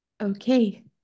Okay